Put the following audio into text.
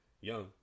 young